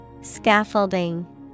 Scaffolding